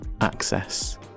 access